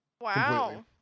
Wow